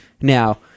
Now